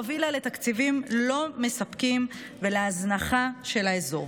הובילה לתקציבים לא מספקים ולהזנחה של האזור.